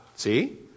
See